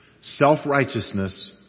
Self-righteousness